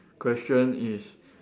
question is